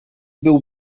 był